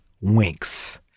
winks